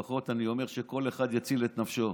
לפחות, אני אומר, שכל אחד יציל את נפשו.